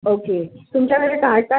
okay तुमच्याकडे काय काय